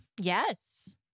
Yes